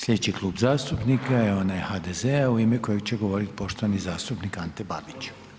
Sljedeći klub zastupnika je onaj HDZ-a u ime kojeg će govoriti poštovani zastupnik Ante Babić.